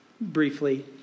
briefly